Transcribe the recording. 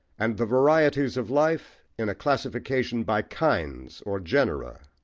and the varieties of life in a classification by kinds, or genera.